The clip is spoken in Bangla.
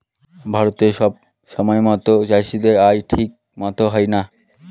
ভারতে সব সময়তো চাষীদের আয় ঠিক মতো হয় না